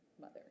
mother